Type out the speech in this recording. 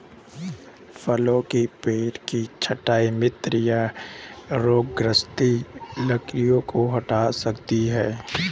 फलों के पेड़ की छंटाई मृत या रोगग्रस्त लकड़ी को हटा सकती है